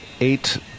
eight